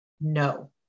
No